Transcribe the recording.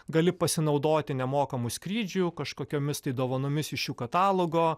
gali pasinaudoti nemokamu skrydžiu kažkokiomis tai dovanomis iš jų katalogo